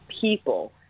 people